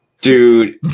Dude